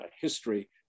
history